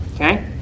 Okay